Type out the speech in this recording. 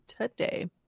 today